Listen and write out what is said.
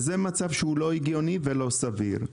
זה מצב שלא הגיוני ולא סביר.